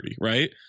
right